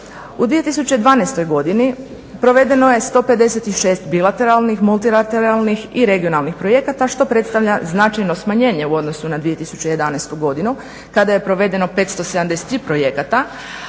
U 2012. godini provedeno je 156 bilateralnih, multilateralnih i regionalnih projekata što predstavlja značajno smanjenje u odnosu na 2011. godinu kada je provedeno 573 projekata,